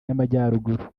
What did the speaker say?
y’amajyaruguru